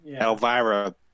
Elvira